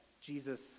Jesus